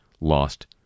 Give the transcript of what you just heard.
lost